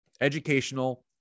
educational